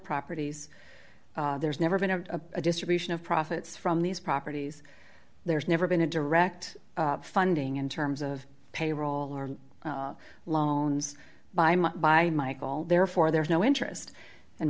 properties there's never been a distribution of profits from these properties there's never been a direct funding in terms of payroll or loans by my by michael therefore there is no interest and